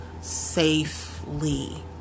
safely